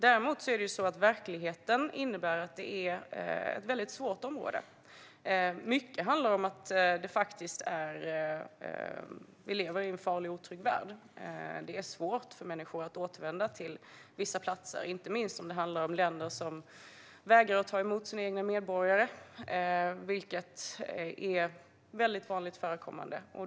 Däremot innebär verkligheten att det här är ett väldigt svårt område. Mycket handlar om att vi lever i en farlig och otrygg värld. Det är svårt för människor att återvända till vissa platser, inte minst om det handlar om länder som vägrar att ta emot sina egna medborgare, vilket är väldigt vanligt förekommande.